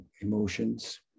emotions